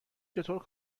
چطور